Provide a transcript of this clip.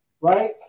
right